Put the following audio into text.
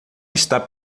está